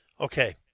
Okay